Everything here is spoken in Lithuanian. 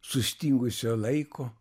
sustingusio laiko